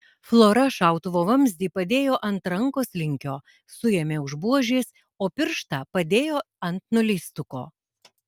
flora šautuvo vamzdį padėjo ant rankos linkio suėmė už buožės o pirštą padėjo ant nuleistuko